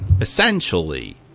essentially